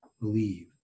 believe